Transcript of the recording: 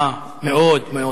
אה, מאוד מאוד.